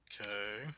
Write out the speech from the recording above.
Okay